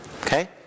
Okay